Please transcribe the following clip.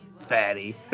fatty